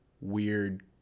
weird